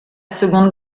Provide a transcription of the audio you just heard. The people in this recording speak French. seconde